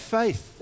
faith